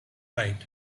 right